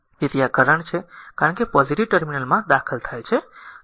તેથી આ કરંટ છે કારણ કે પોઝીટીવ ટર્મિનલમાં દાખલ થાય છે